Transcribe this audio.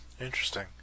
Interesting